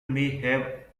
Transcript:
may